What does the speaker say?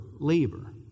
Labor